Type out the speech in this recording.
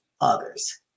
others